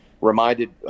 reminded